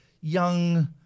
young